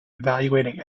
evaluating